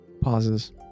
pauses